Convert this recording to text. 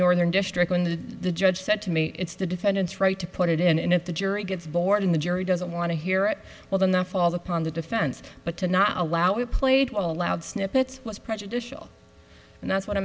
northern district and the judge said to me it's the defendant's right to put it in and if the jury gets born the jury doesn't want to hear it well then that falls upon the defense but to not allow it played allowed snippets was prejudicial and that's what